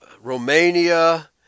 Romania